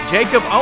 Jacob